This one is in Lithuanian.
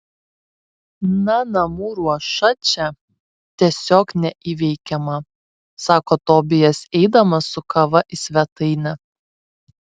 na namų ruoša čia tiesiog neįveikiama sako tobijas eidamas su kava į svetainę